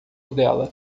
dela